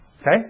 Okay